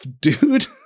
dude